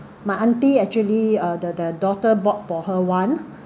my aunty actually uh the the daughter bought for her one